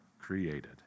created